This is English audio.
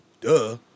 Duh